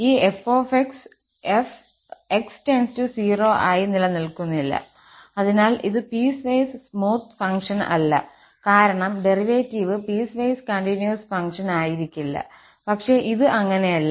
ഈ f ′ x → 0 ആയി നിലനിൽക്കുന്നില്ല അതിനാൽ ഇത് പീസ്വൈസ് സ്മൂത്ത് ഫംഗ്ഷൻ അല്ല കാരണം ഡെറിവേറ്റീവ് പീസ്വൈസ് കണ്ടിന്യൂസ് ഫംഗ്ഷൻ ആയിരിക്കില്ല പക്ഷേ ഇത് അങ്ങനെയല്ല